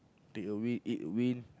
take a wind eat a wind